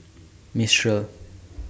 Mistral